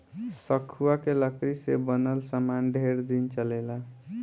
सखुआ के लकड़ी से बनल सामान ढेर दिन चलेला